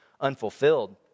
unfulfilled